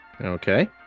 Okay